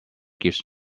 gives